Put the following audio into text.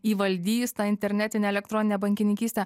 įvaldys tą internetinę elektroninę bankininkystę